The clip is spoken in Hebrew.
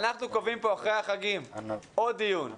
אנחנו קובעים פה אחרי החגים עוד דיון המשך,